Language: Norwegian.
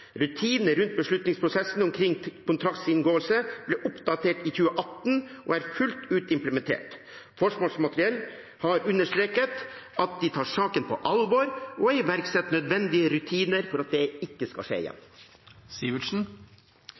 Rutinene rundt beslutningsprosessen omkring kontraktsinngåelse ble oppdatert i 2018 og er fullt ut implementert. Forsvarsmateriell har understreket at de tar saken på alvor og iverksetter nødvendige rutiner for at det ikke skal skje